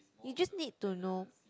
you just need to know